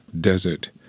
desert